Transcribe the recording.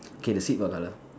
okay the seat what color